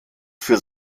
für